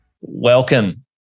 welcome